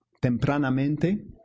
tempranamente